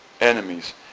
enemies